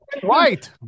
white